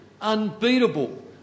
unbeatable